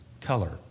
color